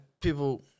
people